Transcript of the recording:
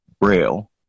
braille